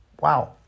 Wow